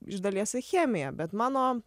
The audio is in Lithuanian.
iš dalies į chemiją bet mano